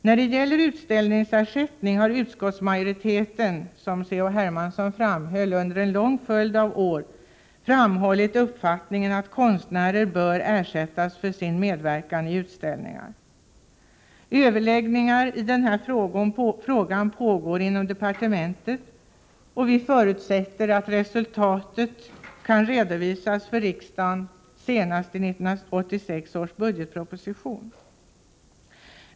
När det gäller utställningsersättning har utskottsmajoriteten, som C.-H. Hermansson framhöll, under en följd av år framhållit uppfattningen att konstnärer bör ersättas för sin medverkan i utställningar. Överläggningar i frågan pågår i departementet. Vi förutsätter att resultatet kan redovisas för riksdagen senast i 1986 års budgetproposition.